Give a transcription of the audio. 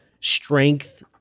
strength